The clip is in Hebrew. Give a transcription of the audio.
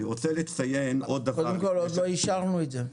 עוד לא אישרנו את זה.